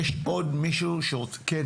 יש עוד מישהו שרוצה לדבר?